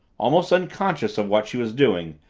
almost unconscious of what she was doing,